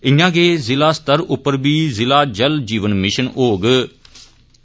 इयां गै जिला स्तर उप्पर बी जिला जल जीवन मिशन होगंन